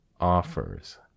offers